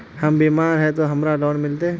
हम बीमार है ते हमरा लोन मिलते?